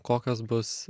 kokios bus